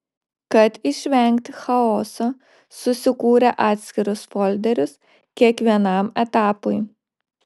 kad išvengt chaoso susikūrė atskirus folderius kiekvienam etapui